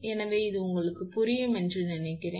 எனவே இது உங்களுக்கு புரியும் என்று நினைக்கிறேன்